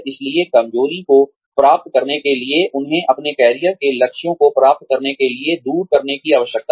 इसलिए कमजोरी को प्राप्त करने के लिए उन्हें अपने कैरियर के लक्ष्यों को प्राप्त करने के लिए दूर करने की आवश्यकता है